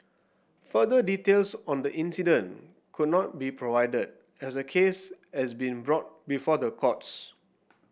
further details on the incident could not be provided as the case has been brought before the courts